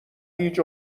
گیج